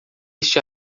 este